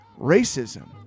Racism